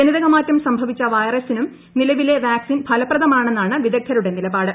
ജനിതക മാറ്റം സംഭവിച്ച വൈറസിനും നിലവിലെ വാക്സിൻ ഫലപ്രദമാണെന്നാണ് വിദഗ്ധരുടെ നിലപാട്